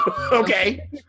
Okay